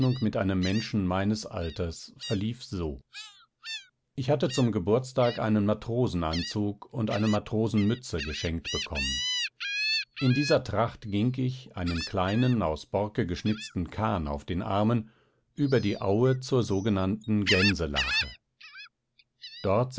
mit einem menschen meines alters verlief so ich hatte zum geburtstag einen matrosenanzug und eine matrosenmütze geschenkt bekommen in dieser tracht ging ich einen kleinen aus borke geschnitzten kahn auf den armen über die aue zur sogenannten gänselache dort